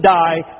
die